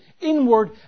inward